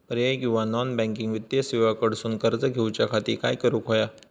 पर्यायी किंवा non banking वित्तीय सेवा कडसून कर्ज घेऊच्या खाती काय करुक होया?